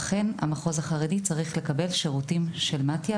אכן המחוז החרדי צריך לקבל שירותים של מתי"א,